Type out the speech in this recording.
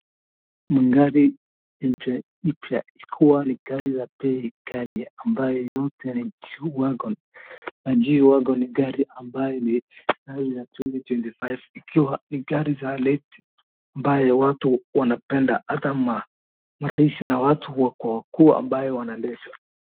Magari ipya ipya ikiwa ni gari za bei ghali, yote ni G-wagon na G-wagon ni gari ambayo ni [cs brand ya twenty twenty five , ikiwa ni gari za rate ambaye watu wanapenda ata marais na watu wakuu wakuu ambaye wanaendesha.